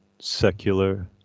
secular